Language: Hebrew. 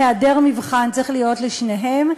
היעדר מבחן צריך להיות לשניהם.